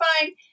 fine